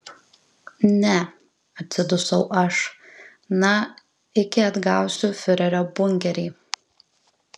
ne atsidusau aš na iki atgausiu fiurerio bunkerį